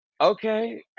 okay